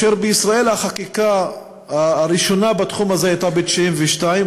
בישראל החקיקה הראשונה בתחום הזה הייתה ב-1992,